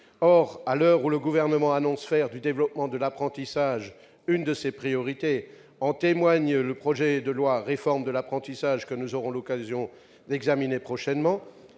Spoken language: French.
À l'heure où le Gouvernement entend faire du développement de l'apprentissage une de ses priorités, comme en témoigne le projet de loi de réforme de l'apprentissage que nous aurons l'occasion d'examiner prochainement,